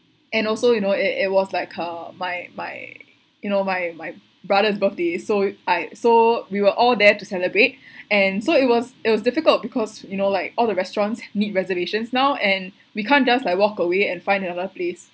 and also you know it it was like her my my you know my my brother's birthday so I so we were all there to celebrate and so it was it was difficult because you know like all the restaurants need reservations now and we can't just like walk away and find another place